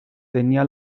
tenía